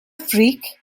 freak